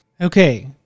Okay